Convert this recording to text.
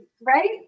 Right